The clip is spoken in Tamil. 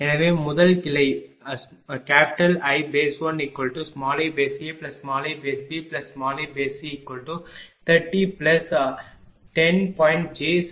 எனவே முதல் கிளை I1iAiBiC3010 j17